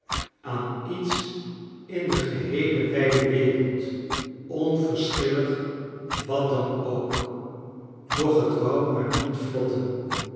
aan iets in de geheele wijde wereld onverschillig wat dan ook doch t wou maar niet vlotten